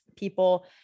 People